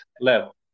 level